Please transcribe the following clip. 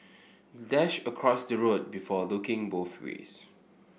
dash across the road before looking both ways